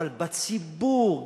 אבל בציבור,